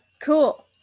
Cool